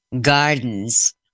Gardens